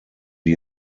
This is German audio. die